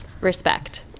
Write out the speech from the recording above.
respect